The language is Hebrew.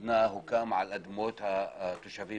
יופיע בוועדה לדווח על ענייני משרדו אחת לכנס של הכנסת.